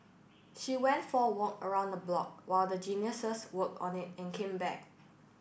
she went for walk around the block what the Geniuses worked on it and came back